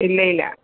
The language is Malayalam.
ഇല്ല ഇല്ല